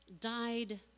died